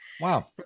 Wow